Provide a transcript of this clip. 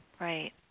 Right